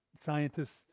scientists